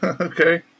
Okay